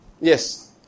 Yes